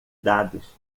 dados